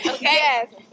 yes